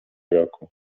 roku